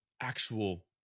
actual